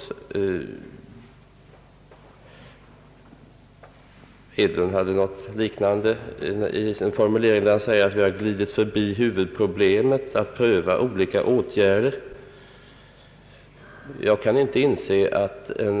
Herr Hedlund uttryckte något liknande när han sade att vi glidit förbi huvudproblemet, nämligen att pröva olika åtgärder. Jag kan inte inse att en